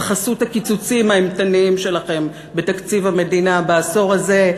בחסות הקיצוצים האימתניים שלכם בתקציב המדינה בעשור הזה,